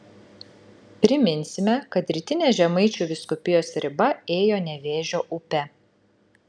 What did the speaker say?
priminsime kad rytinė žemaičių vyskupijos riba ėjo nevėžio upe